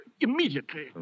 immediately